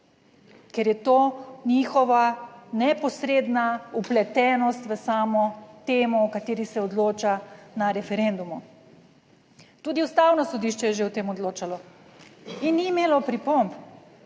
njihova neposredna vpletenost v samo temo, o kateri se odloča na referendumu. Tudi Ustavno sodišče je že o tem odločalo in ni imelo pripomb,